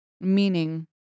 Meaning